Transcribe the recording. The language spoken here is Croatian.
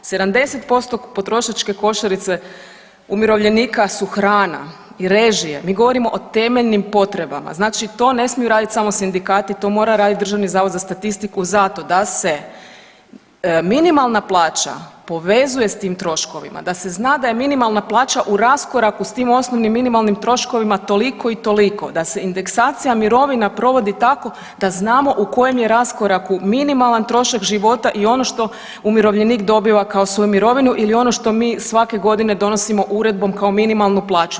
70% potrošačke košarice umirovljenika su hrana i režije, mi govorimo o temeljnim potrebama, znači to ne smiju radit samo sindikati, to mora radit i Državni zavod za statistiku zato da se minimalna plaća povezuje s tim troškovima, da se zna da je minimalna plaća u raskoraku s tim osnovnim minimalnim troškovima toliko i toliko, da se indeksacija mirovina provodi tako da znamo u kojem je raskoraku minimalan trošak života i ono što umirovljenik dobiva kao svoju mirovinu ili ono što mi svake godine donosimo uredbom kao minimalnu plaću.